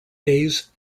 days